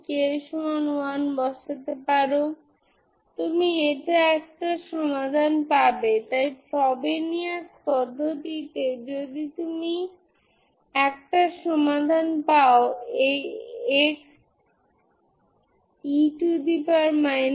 যখন আপনি এই দিক থেকে ওই দিকে যান তখন ফাংশনের মান ফিনিট হওয়া উচিত